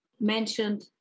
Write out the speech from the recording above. mentioned